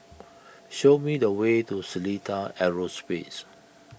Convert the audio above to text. show me the way to Seletar Aerospace